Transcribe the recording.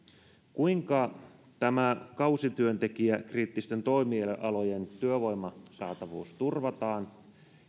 kuinka kausityöntekijäkriittisten toimialojen työvoiman saatavuus turvataan